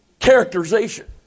characterization